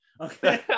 Okay